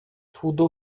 tudo